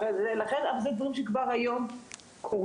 אלה דברים שכבר היום קורים.